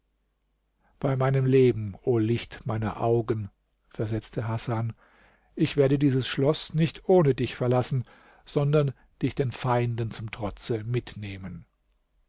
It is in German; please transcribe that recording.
bei meinem leben o licht meiner augen versetzte hasan ich werde dieses schloß nicht ohne dich verlassen sondern dich den feinden zum trotze mitnehmen